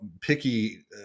picky